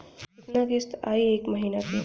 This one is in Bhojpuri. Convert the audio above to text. कितना किस्त आई एक महीना के?